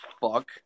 fuck